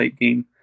game